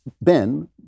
Ben